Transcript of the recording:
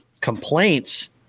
complaints